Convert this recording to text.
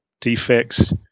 defects